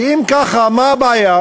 כי אם ככה, מה הבעיה?